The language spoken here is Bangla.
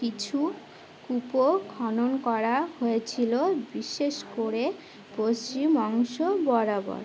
কিছু কূপও খনন করা হয়েছিলো বিশেষ করে পশ্চিম অংশ বরাবর